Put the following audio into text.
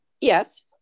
Yes